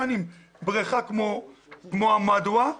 אני לא נציג של המדינה.